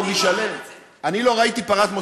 ואני יודע שאכפת לך,